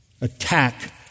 attack